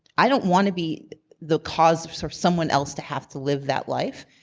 i don't wanna be the cause of sort of someone else to have to live that life.